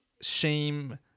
shame